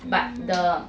but the